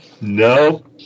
no